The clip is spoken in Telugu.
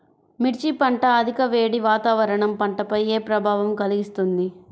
మిర్చి పంట అధిక వేడి వాతావరణం పంటపై ఏ ప్రభావం కలిగిస్తుంది?